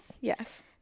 yes